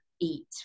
eat